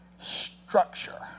structure